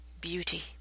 beauty